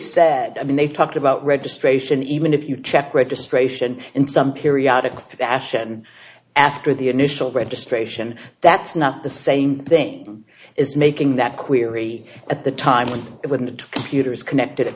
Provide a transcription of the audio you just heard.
said i mean they talked about registration even if you check registration in some periodical fashion after the initial registration that's not the same thing is making that query at the time when the computer is connected at